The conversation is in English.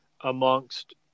amongst